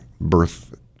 birth